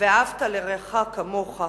"ואהבת לרעך כמוך".